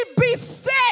beset